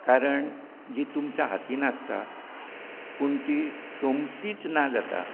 कारण जी तुमच्या हातीन आसता पूण ती सोमतीच ना जाता